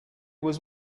was